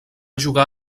jugar